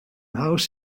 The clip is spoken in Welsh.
haws